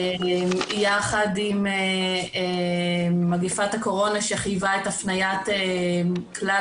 יחד עם מגפת הקורונה שחייבה את הפניית כלל